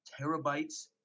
terabytes